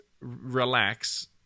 Relax